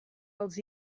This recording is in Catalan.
els